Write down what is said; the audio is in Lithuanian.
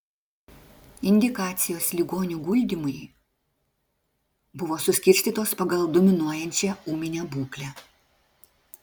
indikacijos ligonių guldymui buvo suskirstytos pagal dominuojančią ūminę būklę